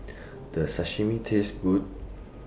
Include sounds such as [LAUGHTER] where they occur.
[NOISE] Does Sashimi Taste Good